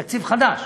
תקציב חדש,